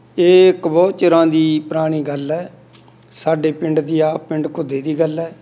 ਇਹ ਇੱਕ ਬਹੁਤ ਚਿਰਾਂ ਦੀ ਪੁਰਾਣੀ ਗੱਲ ਹੈ ਸਾਡੇ ਪਿੰਡ ਦੀ ਆ ਪਿੰਡ ਘੁੱਦੇ ਦੀ ਗੱਲ ਹੈ